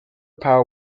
power